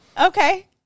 Okay